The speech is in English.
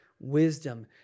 wisdom